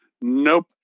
nope